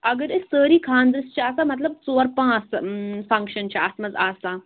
اَگر أسۍ سٲری خانٛدرَس چھِ آسان مطلب ژور پانٛژھ فَنٛکشَن چھِ اَتھ منٛز آسان